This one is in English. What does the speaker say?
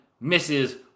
Misses